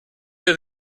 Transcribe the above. der